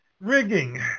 rigging